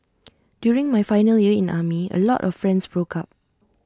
during my final year in army A lot of friends broke up